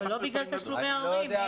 זה לא בגלל תשלומי הורים.